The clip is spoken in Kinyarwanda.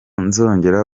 nzongera